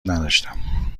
نداشتم